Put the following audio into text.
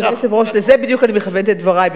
אדוני היושב-ראש, לזה בדיוק אני מכוונת את דברי.